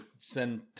send